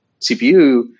CPU